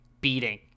beating